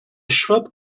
shrub